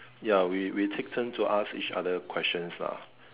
ya we we take turns to ask each other questions lah